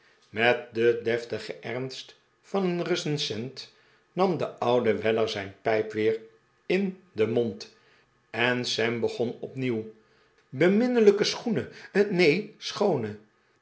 met den deftigen ernst van een recensent nam de oude weller zijn pijp weer in den mond en sam begon opnieuw beminne lijke schoene neen schoone